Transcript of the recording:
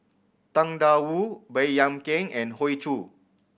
Tang Da Wu Baey Yam Keng and Hoey Choo